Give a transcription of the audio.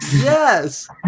Yes